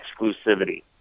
exclusivity